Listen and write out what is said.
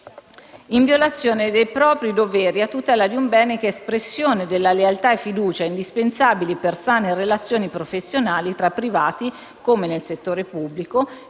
in violazione dei propri doveri a tutela di un bene che è espressione della lealtà e fiducia, indispensabile per sane relazioni professionali tra privati come nel settore pubblico,